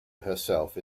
herself